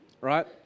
right